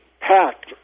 packed